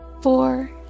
four